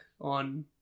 on